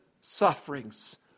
sufferings